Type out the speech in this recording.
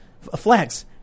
flags